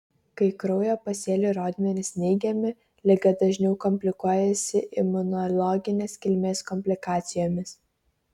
kai kraujo pasėlių rodmenys neigiami liga dažniau komplikuojasi imunologinės kilmės komplikacijomis